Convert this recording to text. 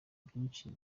byinshi